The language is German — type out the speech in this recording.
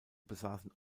besaßen